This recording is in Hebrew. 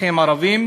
הערבי,